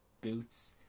boots